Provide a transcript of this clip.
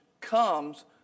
comes